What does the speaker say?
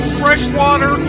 freshwater